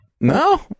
No